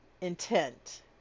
intent